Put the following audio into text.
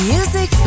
Music